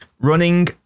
running